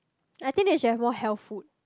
I think they should have more health food